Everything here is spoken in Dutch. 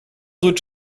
duurt